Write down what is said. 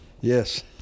Yes